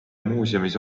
muuseumis